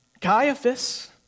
Caiaphas